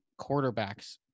quarterbacks